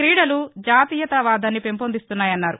క్రీడలు జాతీయతా వాదాన్ని పెంపొదిస్తాయన్నారు